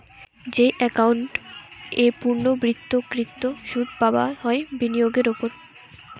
যেই একাউন্ট এ পূর্ণ্যাবৃত্তকৃত সুধ পাবা হয় বিনিয়োগের ওপর